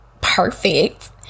perfect